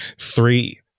Three